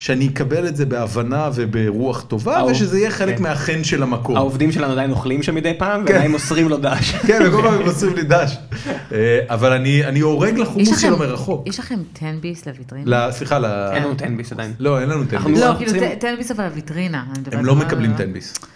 שאני אקבל את זה בהבנה וברוח טובה ושזה יהיה חלק מהחן של המקום. העובדים שלנו עדיין אוכלים שם מדי פעם וגם מוסרים לו ד"ש. כן, וכולם מוסרים לי ד"ש, אבל אני אורג לחומוס שלו מרחוק. יש לכם תן-ביס לויטרינה? סליחה, אין לנו תן-ביס עדיין. לא, אין לנו תן-ביס. תן-ביס אבל לויטרינה. הם לא מקבלים תן-ביס.